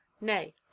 nay